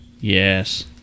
Yes